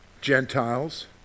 Gentiles